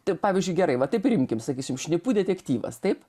taip pavyzdžiui gerai va taip ir imkim sakysim šnipų detektyvas taip